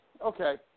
Okay